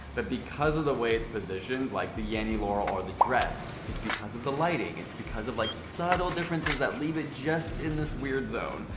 but because of the way it's positioned, like the yanny, laurel, or the dress, it's because of the lighting, it's because of like subtle differences that leave it just in this weird zone,